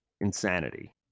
Insanity